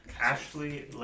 Ashley